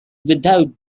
without